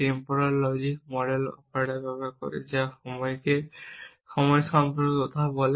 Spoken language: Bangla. টেম্পোরাল লজিক্স মডেল অপারেটর ব্যবহার করে যা সময় সম্পর্কে কথা বলে